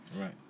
right